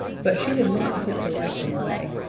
but she did not attempt to wipe them away.